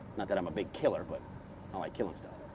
not that i'm a big killer, but i like killing stuff.